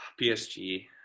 psg